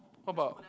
what about